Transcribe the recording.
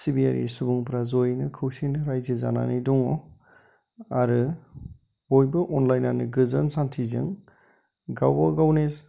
सिबियारि सुबुंफ्रा ज'यैनो खौसेयैनो रायजो जानानै दङ आरो बयबो अनलायनानै गोजोन सान्थिजों गावबागावनि